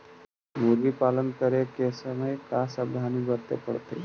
मुर्गी पालन करे के समय का सावधानी वर्तें पड़तई?